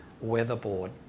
weatherboard